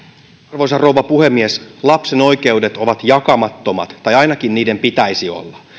arvoisa rouva puhemies lapsen oikeudet ovat jakamattomat tai ainakin niiden pitäisi olla